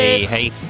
Hey